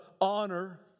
honor